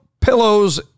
pillows